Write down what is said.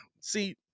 see